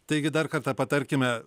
taigi dar kartą patarkime